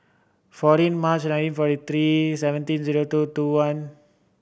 fourteen March nineteen forty three seventeen zero two two one